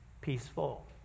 peaceful